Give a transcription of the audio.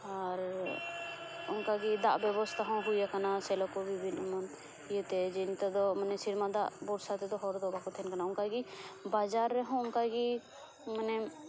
ᱟᱨ ᱚᱱᱠᱟ ᱜᱮ ᱫᱟᱜ ᱵᱮᱵᱚᱥᱛᱟ ᱦᱚᱸ ᱦᱩᱭ ᱟᱠᱟᱱᱟ ᱥᱮᱞᱚ ᱠᱚ ᱵᱤᱵᱷᱤᱱᱚ ᱮᱢᱟᱱ ᱤᱭᱟᱹᱛᱮ ᱡᱮ ᱱᱮᱛᱟᱨ ᱫᱚ ᱢᱟᱱᱮ ᱥᱮᱨᱢᱟ ᱫᱟᱜ ᱵᱷᱚᱨᱥᱟ ᱛᱮᱫᱚ ᱦᱚᱲ ᱫᱚ ᱵᱟᱠᱚ ᱛᱟᱦᱮᱱ ᱠᱟᱱᱟ ᱚᱱᱠᱟᱜᱮ ᱵᱟᱡᱟᱨ ᱨᱮᱜᱚ ᱚᱱᱠᱟᱜᱮ ᱢᱟᱱᱮ